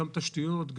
גם תשתיות,